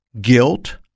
guilt